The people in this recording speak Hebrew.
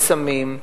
בסמים.